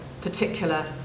particular